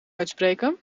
uitspreken